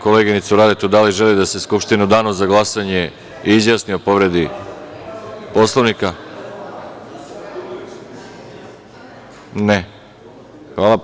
Koleginice Radeta, da li želite da se Skupština u danu za glasanje izjasni o povredi Poslovnika? (Vjerica Radeta: Ne.) Ne.